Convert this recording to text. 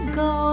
go